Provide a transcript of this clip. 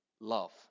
love